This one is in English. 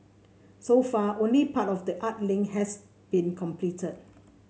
so far only part of the art link has been completed